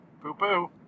Poo-poo